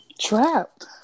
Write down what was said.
Trapped